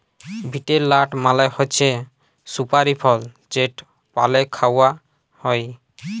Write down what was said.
betel nut মালে হছে সুপারি ফল যেট পালে খাউয়া হ্যয়